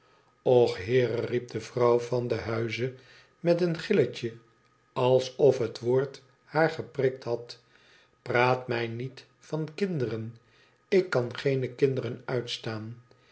och heere riep de vrouw van den huize met een gilletje alsof het noord haar geprikt had i praat mij niet van kinderen ik kan geene jbderen uitstaan